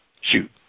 shoot